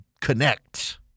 connect